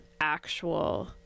actual